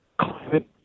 climate